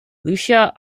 lucia